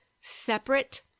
Separate